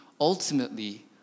ultimately